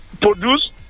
produce